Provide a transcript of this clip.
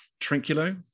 Trinculo